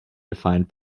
defined